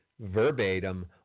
verbatim